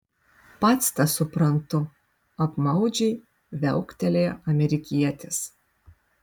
pats tą suprantu apmaudžiai viauktelėjo amerikietis